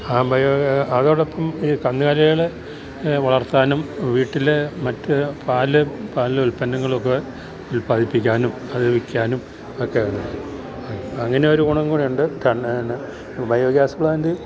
അതോടൊപ്പം ഈ കന്നുകാലികളെ വളർത്താനും വീട്ടിലെ മറ്റ് പാല് പാലുൽപ്പന്നങ്ങളൊക്കെ ഉല്പാദിപ്പിക്കാനും അത് വില്ക്കാനുമൊക്കെ അങ്ങനെയൊരു ഗുണം കൂടെയുണ്ട് ബയോഗ്യാസ് പ്ലാൻറ്റ്